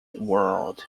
world